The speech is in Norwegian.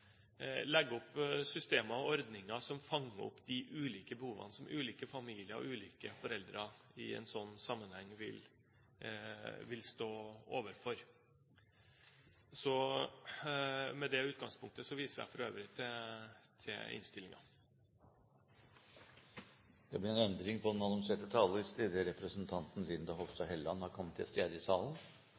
legge opp til systemer og ordninger som fanger opp de ulike behovene som ulike familier og ulike foreldre vil stå overfor i en sånn sammenheng. Med det utgangspunktet viser jeg for øvrig til innstillingen. Dette er et forslag som først og fremst handler om å legge til rette for foreldre som mister sitt barn og er i en svært vanskelig situasjon i livet. Forslaget til